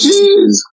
jeez